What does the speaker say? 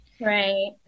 Right